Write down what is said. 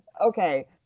Okay